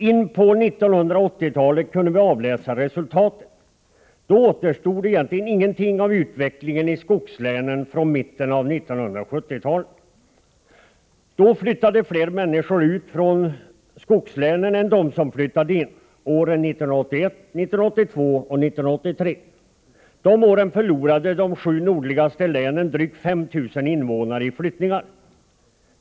In på 1980-talet kunde vi avläsa resultaten. Det återstod egentligen ingenting av utvecklingen i skogslänen från mitten av 1970-talet. Åren 1981, 1982 och 1983 flyttade fler människor ut från skogslänen än vad som flyttade in. De åren förlorade de sju nordligaste länen drygt 5 000 invånare i utflyttningar.